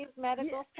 Medical